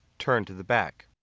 turn to the back.